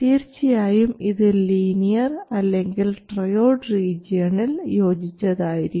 തീർച്ചയായും ഇത് ലീനിയർ അല്ലെങ്കിൽ ട്രയോഡ് റീജിയണിൽ യോജിച്ചതായിരിക്കും